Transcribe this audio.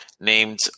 named